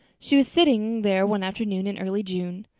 she was sitting there one afternoon in early june.